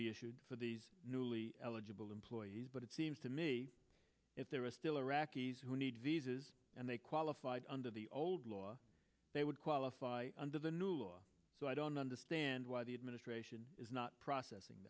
issued for these newly eligible employees but it seems to me if there are still iraqis who need visas and they qualified under the old law they would qualify under the new law so i don't understand why the administration is not processing